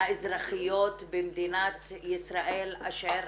האזרחיות במדינת ישראל אשר